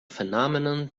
phenomenon